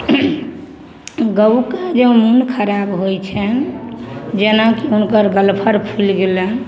गउके जे मोन खराब होइ छनि जेनाकि हुनकर गलफर फुलि गेलनि